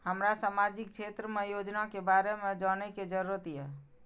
हमरा सामाजिक क्षेत्र के योजना के बारे में जानय के जरुरत ये?